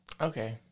Okay